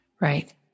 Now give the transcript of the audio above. Right